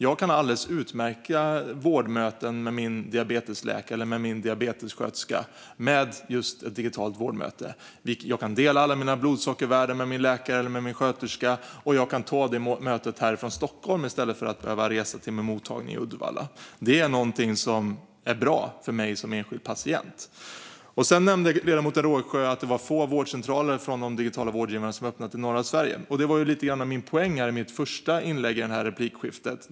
Jag kan ha alldeles utmärkta vårdmöten med min diabetesläkare eller min diabetessköterska som är just digitala vårdmöten. Jag kan dela alla mina blodsockervärden med min läkare eller min sköterska, och jag kan ta det mötet härifrån Stockholm i stället för att behöva resa till min mottagning i Uddevalla. Det är någonting som är bra för mig som enskild patient. Ledamoten Rågsjö nämnde att de digitala vårdgivarna har öppnat få vårdcentraler i norra Sverige. Det var lite grann min poäng i mitt första inlägg i det här replikskiftet.